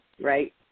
right